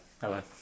Hello